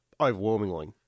overwhelmingly